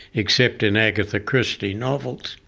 except in agatha christie novels.